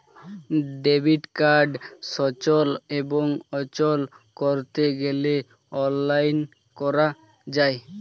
debit card সচল এবং অচল করতে গেলে অনলাইন করা যায়